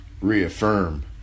reaffirm